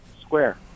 square